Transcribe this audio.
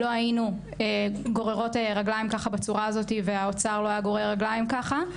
לא היינו גוררות רגלים ככה בצורה הזאת והאוצר לא היה גורר רגליים ככה.